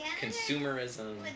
consumerism